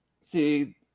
See